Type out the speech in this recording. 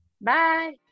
bye